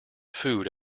food